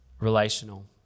relational